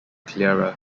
clearer